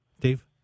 Dave